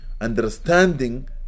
understanding